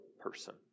person